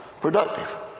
productive